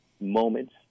moments